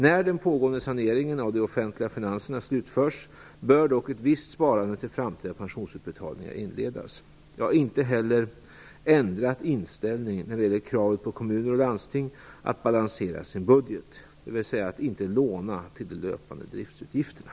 När den pågående saneringen av de offentliga finanserna slutförs bör dock ett visst sparande till framtida pensionsutbetalningar inledas. Jag har inte heller ändrat inställning när det gäller kravet på kommuner och landsting att balansera sin budget, dvs. att inte låna till de löpande driftsutgifterna.